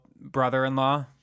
brother-in-law